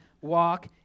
walk